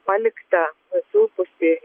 paliktą nusilpusį